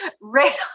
right